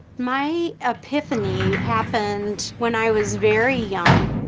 my epiphany happened when i was very young.